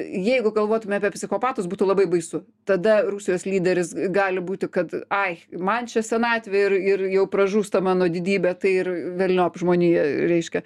jeigu galvotume apie psichopatus būtų labai baisu tada rusijos lyderis gali būti kad ai man čia senatvė ir ir jau pražūsta mano didybė tai ir velniop žmonija reiškia